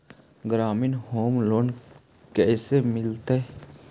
ग्रामीण home loan कैसे मिलतै?